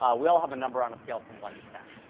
ah we all have a number on a scale from one to ten.